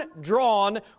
drawn